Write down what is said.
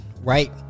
Right